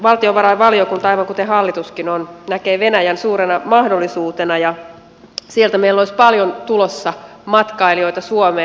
valtiovarainvaliokunta aivan kuten hallituskin näkee venäjän suurena mahdollisuutena ja sieltä meillä olisi paljon tulossa matkailijoita suomeen